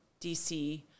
DC